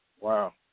Wow